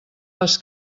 les